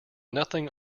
nothing